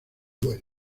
duelo